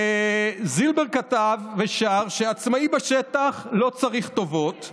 זילבר כתב ושר שעצמאי בשטח לא צריך טובות,